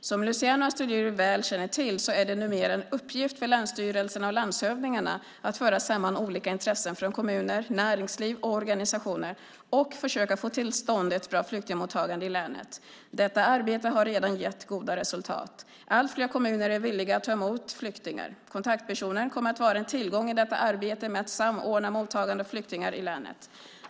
Som Luciano Astudillo väl känner till så är det numera en uppgift för länsstyrelserna och landshövdingarna att föra samman olika intressen från kommuner, näringsliv och organisationer och försöka få till stånd ett bra flyktingmottagande i länet. Detta arbete har redan gett goda resultat. Allt fler kommuner är villiga att ta emot flyktingar. Kontaktpersonen kommer att vara en tillgång i detta arbete med att samordna mottagandet av flyktingar i länet.